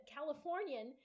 Californian